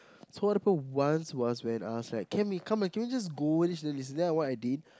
so what happened once was when I was like Tammy come ah can you just go then she don't listen then what I did